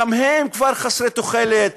גם הם כבר חסרי תוחלת,